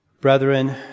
Brethren